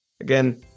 again